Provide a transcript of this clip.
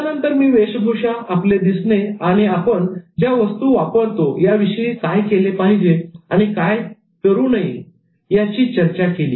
यानंतर मी वेशभूषा आपले दिसणे आणि आपण ज्या वस्तू वापरतो याविषयी काय केले पाहिजे आणि काय नाही याची चर्चा केली